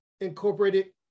incorporated